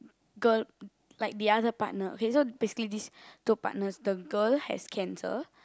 girl like the other partner okay so basically these two partners the girl has cancer